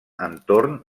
entorn